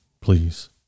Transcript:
please